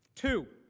to